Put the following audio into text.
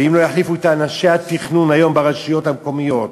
ואם לא יחליפו את אנשי התכנון היום ברשויות המקומיות